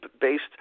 based